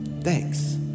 Thanks